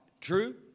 true